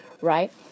right